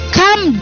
come